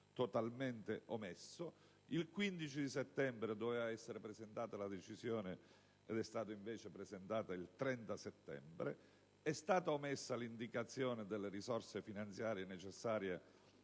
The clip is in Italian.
totalmente omesso); il 15 settembre doveva essere presentata la Decisione, che invece è stata presentata il 30 settembre; è stata omessa l'indicazione delle risorse finanziarie necessarie